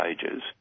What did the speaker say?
pages